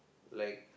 like